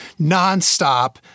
nonstop